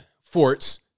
forts